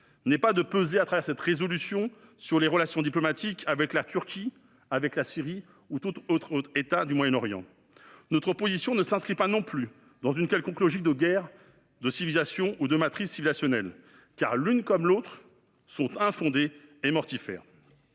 n'est pas de peser au travers de cette proposition de résolution sur les relations diplomatiques avec la Turquie, la Syrie ou tout autre État du Moyen-Orient. Notre position ne s'inscrit pas non plus dans une quelconque logique de guerre de civilisation ou de matrice civilisationnelle, car l'une comme l'autre sont infondées et mortifères.